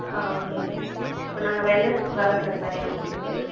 ஆ okay sir அப்போ நாங்கள் Wednesday வரேன் சார் பையனை கூட்டிகிட்டு